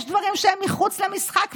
יש דברים שהם מחוץ למשחק,